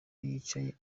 yicaye